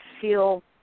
feel